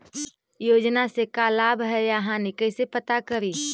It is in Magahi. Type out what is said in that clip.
योजना से का लाभ है या हानि कैसे पता करी?